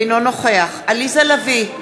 אינו נוכח עליזה לביא,